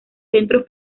centros